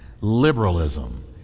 Liberalism